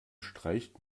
streicht